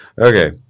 okay